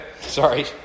sorry